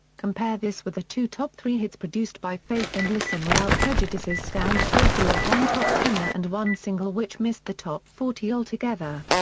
compare this with the two top three hits produced by faith and listen without prejudice's scant total of one top tenner and one single which missed the top forty altogether.